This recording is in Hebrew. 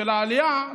של העלייה,